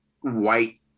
white